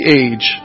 age